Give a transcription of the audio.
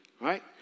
Right